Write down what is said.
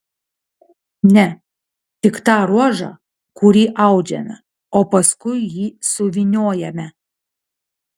ne tik tą ruožą kurį audžiame o paskui jį suvyniojame